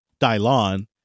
Dylan